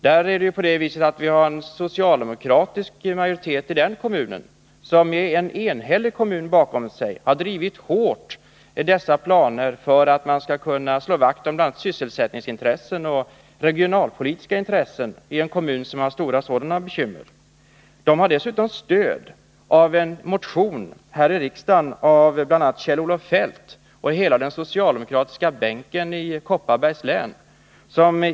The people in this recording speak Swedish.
I den kommunen finns det en socialdemokratisk majoritet, som med en enhällig befolkning bakom sig drivit dessa planer hårt, bl.a. för att slå vakt om sysselsättningsoch regionalpolitiska intressen i kommunen som har stora bekymmer på dessa områden. Man har dessutom stöd av en motion här i riksdagen av bl.a. Kjell-Olof Feldt och hela den socialdemokratiska bänken i Kopparbergs län.